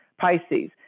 Pisces